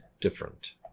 different